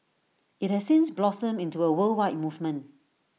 IT has since blossomed into A worldwide movement